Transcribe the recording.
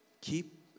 keep